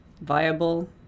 viable